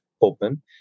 open